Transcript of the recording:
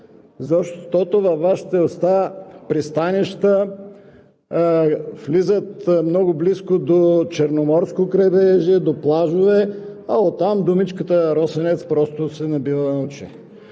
защото във Вашите уста пристанищата влизат много близо до Черноморско крайбрежие, до плажове, а от там думичката „Росенец“ просто се набива на очи.